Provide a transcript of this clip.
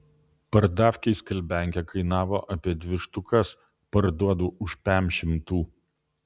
pardavkėj skalbiankė kainavo apie dvi štukas parduodu už pem šimtų